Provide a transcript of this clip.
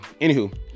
Anywho